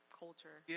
culture